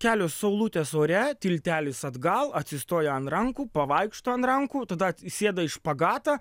kelios saulutės ore tiltelis atgal atsistoja ant rankų pavaikšto ant rankų tada sėda į špagatą